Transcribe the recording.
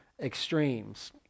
extremes